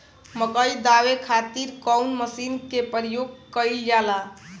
मकई दावे खातीर कउन मसीन के प्रयोग कईल जाला?